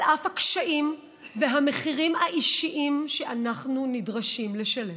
על אף הקשיים והמחירים האישיים שאנחנו נדרשים לשלם.